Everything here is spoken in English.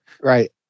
Right